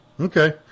Okay